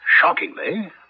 shockingly